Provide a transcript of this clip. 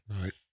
Right